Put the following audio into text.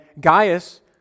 Gaius